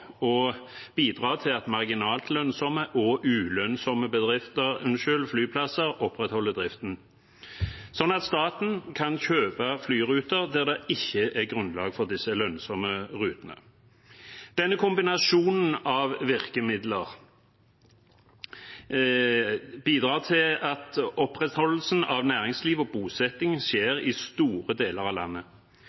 bidra til at marginalt lønnsomme og ulønnsomme flyplasser opprettholder driften, sånn at staten kan kjøpe flyruter der det ikke er grunnlag for lønnsomme ruter. Denne kombinasjonen av virkemidler bidrar til at opprettholdelsen av næringsliv og bosetting skjer i store deler av landet.